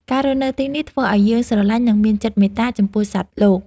ការរស់នៅទីនេះធ្វើឱ្យយើងស្រឡាញ់ និងមានចិត្តមេត្តាចំពោះសត្វលោក។